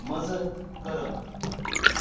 मजत करप